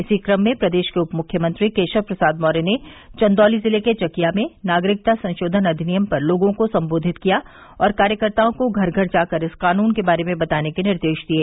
इसी क्रम में प्रदेश के उप मुख्यमंत्री केशव प्रसाद मौर्य ने चन्दौली जिले के चकिया में नागरिकता संशोधन अधिनियम पर लोगों को सम्बोधित किया और कार्यकर्ताओं को घर घर जाकर इस कानून के बारे में बताने के निर्देश दिये